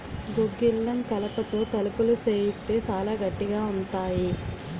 గుగ్గిలం కలపతో తలుపులు సేయిత్తే సాలా గట్టిగా ఉంతాయి